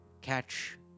catch